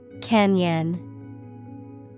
Canyon